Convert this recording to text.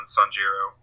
Sanjiro